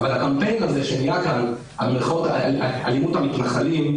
אבל הקמפיין על אלימות המתנחלים,